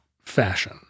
fashion